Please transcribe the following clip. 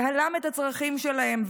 שהלם את הצרכים שלהם.